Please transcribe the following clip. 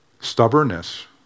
Stubbornness